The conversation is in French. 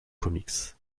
comics